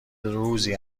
روزی